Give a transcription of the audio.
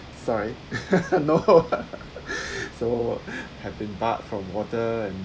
sorry no so have been barred from water and